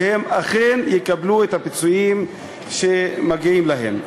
שהם אכן יקבלו את הפיצויים שמגיעים להם.